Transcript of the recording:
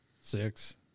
six